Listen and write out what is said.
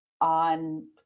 on